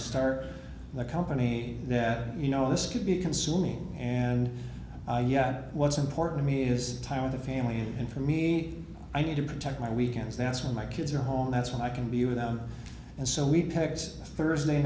start a company that you know this could be consuming and yet what's important to me is time with the family and for me i need to protect my weekends that's when my kids are home that's when i can be with them and so we pegs thursday